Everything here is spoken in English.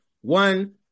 One